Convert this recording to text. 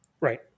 Right